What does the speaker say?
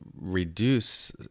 reduce